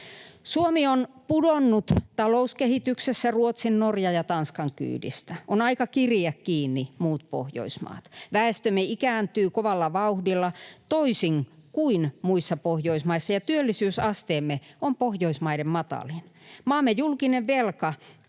Suomi on pudonnut talouskehityksessä Ruotsin, Norjan ja Tanskan kyydistä. On aika kiriä kiinni muut Pohjoismaat. Väestömme ikääntyy kovalla vauhdilla toisin kuin muissa Pohjoismaissa, ja työllisyysasteemme on Pohjoismaiden matalin. Maamme julkinen velka